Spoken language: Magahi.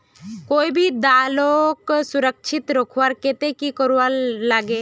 कोई भी दालोक सुरक्षित रखवार केते की करवार लगे?